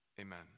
Amen